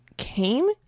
came